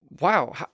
Wow